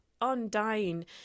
undying